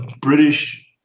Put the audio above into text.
British